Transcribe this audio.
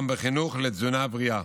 גם בחינוך לתזונה בריאה.